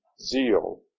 zeal